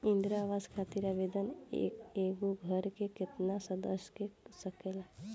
इंदिरा आवास खातिर आवेदन एगो घर के केतना सदस्य कर सकेला?